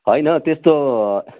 होइन त्यस्तो